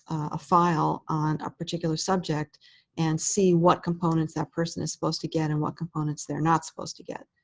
a file on a particular subject and see what components that person is supposed to get and what components they're not supposed to get.